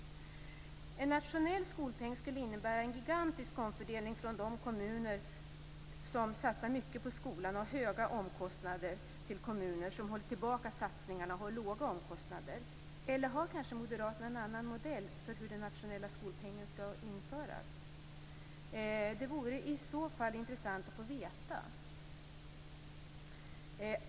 En nationell skolpeng skulle innebära en gigantisk omfördelning från de kommuner som satsar mycket på skolan och som har höga omkostnader till fördel för de kommuner som hållit tillbaka satsningarna och har låga omkostnader. Eller har kanske moderaterna en annan modell för hur den nationella skolpengen skall införas? Det vore i så fall intressant att få veta detta.